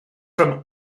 from